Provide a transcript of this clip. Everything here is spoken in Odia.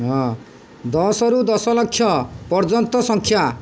ହଁ ଦଶରୁ ଦଶ ଲକ୍ଷ ପର୍ଯ୍ୟନ୍ତ ସଂଖ୍ୟା